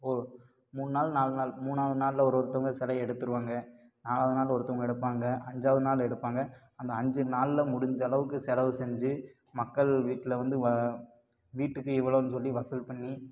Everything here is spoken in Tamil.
ஒரு மூணு நாள் நாலு நாள் மூணாவது நாளில் ஒரு ஒருத்தங்க சிலைய எடுத்துடுவாங்க நாலாவது நாள் ஒருத்தங்க எடுப்பாங்க அஞ்சாவது நாள் எடுப்பாங்க அந்த அஞ்சு நாளில் முடிஞ்ச அளவுக்கு செலவு செஞ்சு மக்கள் வீட்டில் வந்து வ வீட்டுக்கு இவ்வளோன்னு சொல்லி வசூல் பண்ணி